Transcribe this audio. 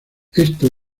esto